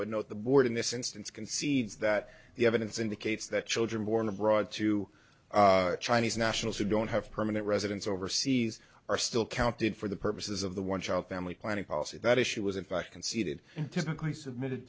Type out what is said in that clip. would know the board in this instance concedes that the evidence indicates that children born abroad to chinese nationals who don't have permanent residence overseas are still counted for the purposes of the one child family planning policy that issue was in fact conceded technically submitted